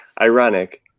ironic